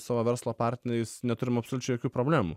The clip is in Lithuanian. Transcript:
savo verslo partneriais neturim absoliučiai jokių problemų